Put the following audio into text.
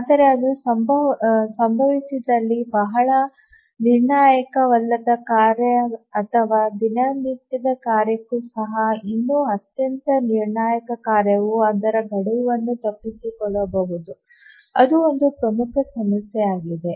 ಆದರೆ ಅದು ಸಂಭವಿಸಿದಲ್ಲಿ ಬಹಳ ನಿರ್ಣಾಯಕವಲ್ಲದ ಕಾರ್ಯ ಅಥವಾ ದಿನನಿತ್ಯದ ಕಾರ್ಯಕ್ಕೂ ಸಹ ಇನ್ನೂ ಅತ್ಯಂತ ನಿರ್ಣಾಯಕ ಕಾರ್ಯವು ಅದರ ಗಡುವನ್ನು ತಪ್ಪಿಸಿಕೊಳ್ಳಬಹುದು ಅದು ಒಂದು ಪ್ರಮುಖ ಸಮಸ್ಯೆಯಾಗಿದೆ